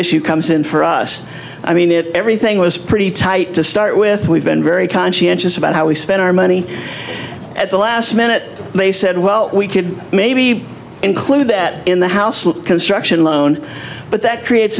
issue comes in for us i mean it everything was pretty tight to start with we've been very conscientious about how we spend our money at the last minute they said well we could maybe include that in the house construction loan but that creates